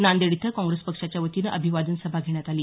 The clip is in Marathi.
नांदेड इथं काँग्रेस पक्षाच्या वतीनं अभिवादन सभा घेण्यात आली